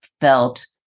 felt